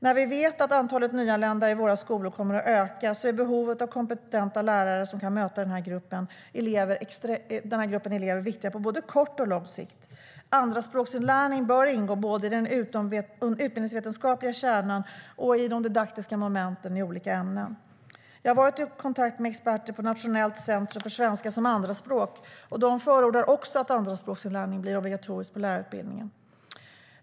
När vi vet att antalet nyanlända i våra skolor kommer att öka är behovet av kompetenta lärare som kan möta denna grupp elever viktigt på både kort och lång sikt. Andraspråksinlärning bör ingå både i den utbildningsvetenskapliga kärnan och i de didaktiska momenten i olika ämnen. Jag har varit i kontakt med experter på Nationellt centrum för svenska som andraspråk. De förordar också att andraspråksinlärning blir obligatoriskt på lärarutbildningen.